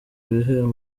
ibihembo